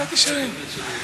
"מסילת ישרים", נכון?